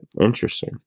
Interesting